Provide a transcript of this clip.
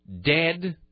Dead